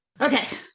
Okay